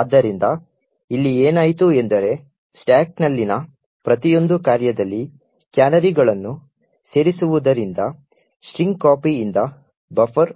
ಆದ್ದರಿಂದ ಇಲ್ಲಿ ಏನಾಯಿತು ಎಂದರೆ ಸ್ಟಾಕ್ನಲ್ಲಿನ ಪ್ರತಿಯೊಂದು ಕಾರ್ಯದಲ್ಲಿ ಕ್ಯಾನರಿಗಳನ್ನು ಸೇರಿಸುವುದರಿಂದ strcpy ಯಿಂದ ಬಫರ್